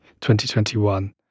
2021